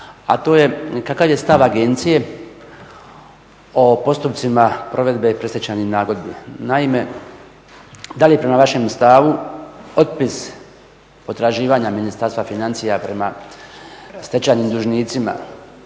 a to je kakav je stav agencije o postupcima provedbe i predstečajnoj nagodbi. Naime, da li je prema vašem stavu otpis potraživanja Ministarstva financija prema stečajnim dužnicima